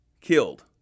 killed